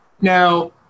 Now